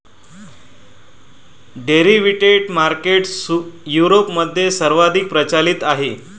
derivative market युरोपमध्ये सर्वाधिक प्रचलित आहे